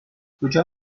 کجا